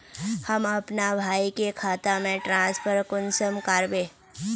हम अपना भाई के खाता में ट्रांसफर कुंसम कारबे?